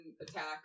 attack